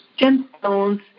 gemstones